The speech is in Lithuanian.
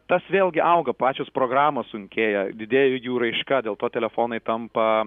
tas vėlgi auga pačios programos sunkėja didėja jų raiška dėl to telefonai tampa